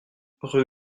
rue